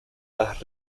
las